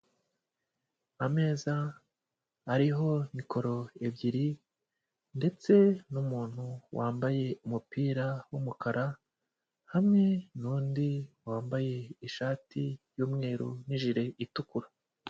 Ameza ariho mikoro ebyiri ndetse n'umuntu wambaye umupira w'umukara, hamwe n'undi wambaye ishati y'umweru n'ijire itukura.